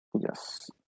Yes